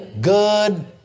good